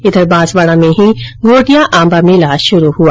इधर बांसवाडा में ही घोटिया आम्बा मेला शुरू हुआ